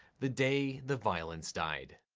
the day the violence died.